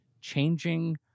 changing